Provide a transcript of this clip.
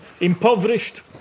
impoverished